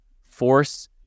force